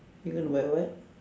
you want to buy what